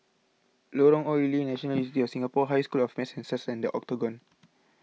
Lorong Ong Lye National University of Singapore High School of Math and Science and the Octagon